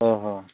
ଓହୋ